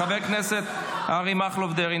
חבר הכנסת אריה מכלוף דרעי,